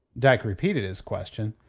dyke repeated his question.